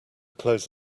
close